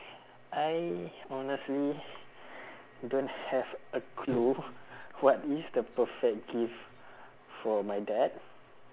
I honestly don't have a clue what is the perfect gift for my dad